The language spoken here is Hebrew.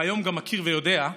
והיום גם מכיר ויודע,